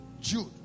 Jude